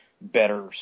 better